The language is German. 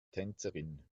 tänzerin